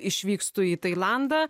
išvykstu į tailandą